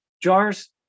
jars